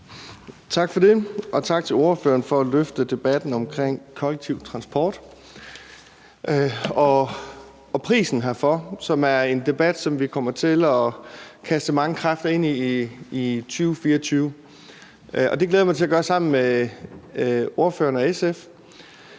Tak for det, og tak til ordføreren for at løfte debatten om kollektiv transport og prisen herfor. Det er en debat, som vi kommer til at kaste mange kræfter i i 2024, og det glæder jeg mig til at gøre sammen med ordføreren og SF.